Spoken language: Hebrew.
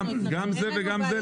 גם זה וגם זה.